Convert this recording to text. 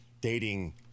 dating